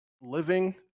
living